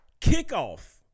kickoff